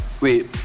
Wait